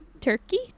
turkey